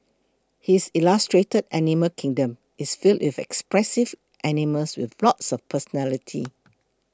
his illustrated animal kingdom is filled with expressive animals with lots of personality